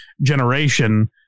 generation